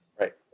right